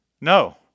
No